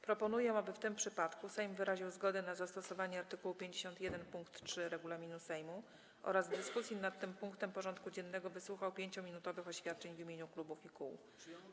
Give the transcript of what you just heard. Proponuję, aby w tym przypadku Sejm wyraził zgodę na zastosowanie art. 51 pkt 3 regulaminu Sejmu oraz w dyskusji nad tym punktem porządku dziennego wysłuchał 5-minutowych oświadczeń w imieniu klubów i kół.